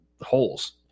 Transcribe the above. holes